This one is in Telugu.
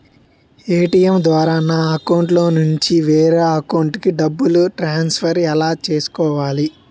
ఏ.టీ.ఎం ద్వారా నా అకౌంట్లోనుంచి వేరే అకౌంట్ కి డబ్బులు ట్రాన్సఫర్ ఎలా చేసుకోవాలి?